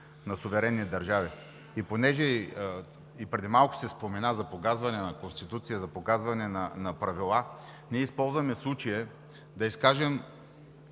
на суверенни държави. Понеже и преди малко се спомена за погазване на Конституция, за погазване на правила, ние използваме случая да изкажем